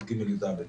י"ג-י"ד.